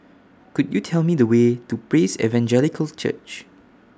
Could YOU Tell Me The Way to Praise Evangelical Church